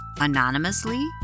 anonymously